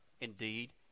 indeed